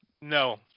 no